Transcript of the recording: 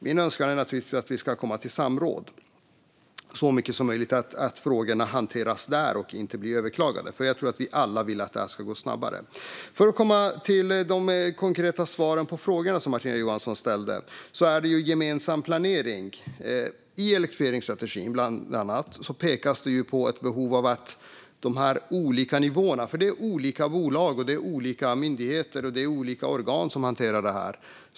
Min önskan är naturligtvis att vi ska komma till samråd så mycket som möjligt och att frågorna hanteras där och inte blir överklagade. Jag tror att vi alla vill att det här ska gå snabbare. Jag går vidare till de konkreta svaren på frågorna som Martina Johansson ställde. Det handlar om gemensam planering. I elektrifieringsstrategin pekas det bland annat på ett behov när det gäller de olika nivåerna. Det är olika bolag, olika myndigheter och olika organ som hanterar det här.